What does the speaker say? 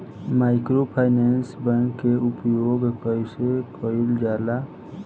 Microfinance bank के उपयोग कइसे कइल जाला?